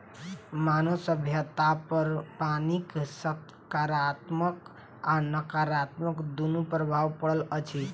मानव सभ्यतापर पानिक साकारात्मक आ नाकारात्मक दुनू प्रभाव पड़ल अछि